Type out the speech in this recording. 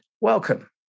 welcome